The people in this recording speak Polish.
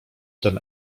ten